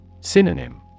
Synonym